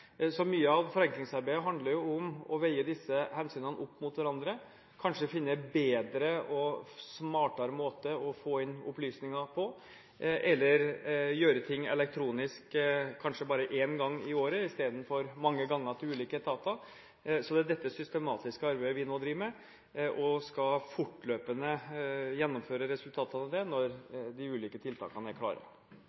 Så mye av forenklingsarbeidet handler om å veie disse hensynene opp mot hverandre, kanskje finne bedre og smartere måter å få inn opplysninger på, eller gjøre ting elektronisk kanskje bare én gang i året istedenfor mange ganger til ulike etater. Det er dette systematiske arbeidet vi nå driver med, og vi skal fortløpende gjennomføre resultatene av det når